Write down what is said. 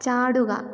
ചാടുക